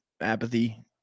Apathy